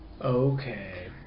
Okay